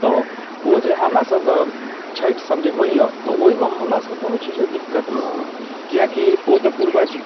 तऽ ओ जे हमरा सबके छैठ सब जे होइए तऽ ओइमे हमरा सबके कोनो चीजके दिक्कत नहि होइए किएक कि ओ तऽ पूर्वज